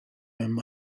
allem